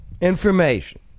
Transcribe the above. information